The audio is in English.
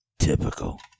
Typical